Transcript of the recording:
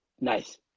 nice